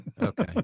Okay